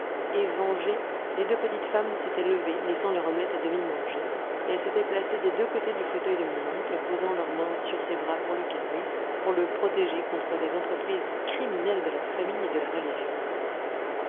et vengées les deux petites femmes s'étaient levées laissant leur omelette à demi mangée et elles s'étaient placées des deux côtés du fauteuil de mon oncle posant leurs mains sur ses bras pour le calmer pour le protéger contre les entreprises criminelles de la famille et de la religion